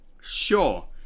Sure